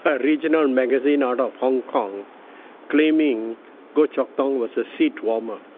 but regional magazine out of hong kong claiming gow chok tong was a seat-warmer.